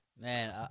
Man